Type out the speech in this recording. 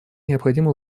необходимо